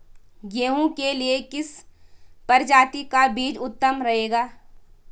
गेहूँ के लिए किस प्रजाति का बीज उत्तम रहेगा?